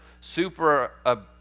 super